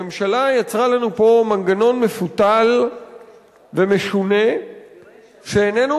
הממשלה יצרה לנו פה מנגנון מפותל ומשונה שאיננו